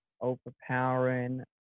overpowering